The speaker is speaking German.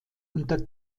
unter